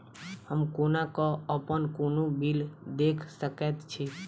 हम कोना कऽ अप्पन कोनो बिल देख सकैत छी?